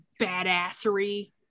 badassery